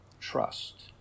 trust